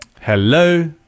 Hello